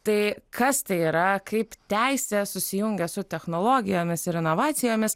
tai kas tai yra kaip teisė susijungia su technologijomis ir inovacijomis